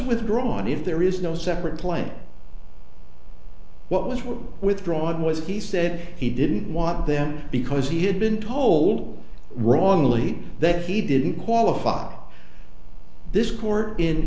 withdrawn if there is no separate playing what was were withdrawn was he said he didn't want them because he had been told wrongly that he didn't qualify this court in